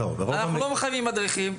אנחנו לא מחייבים מדריכים,